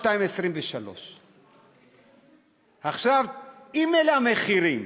2.23. אם אלה המחירים,